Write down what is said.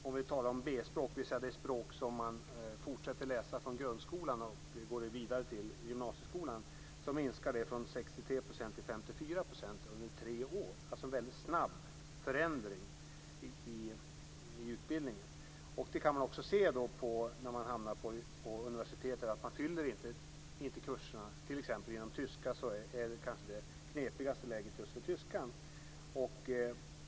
Om vi talar om B språk, dvs. det språk som man efter grundskolan fortsätter att läsa i gymnasieskolan, så har det minskat från 63 % till 54 % under tre år. Det är alltså en väldigt snabb förändring i utbildningen. Och på universiteten märks detta genom att man inte fyller kurserna t.ex. i tyska, och det är där som man har det knepigaste läget.